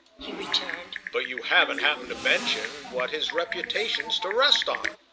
he returned, but you haven't happened to mention what his reputation's to rest on.